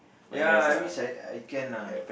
ya I wish I I can ah